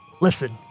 Listen